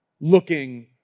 looking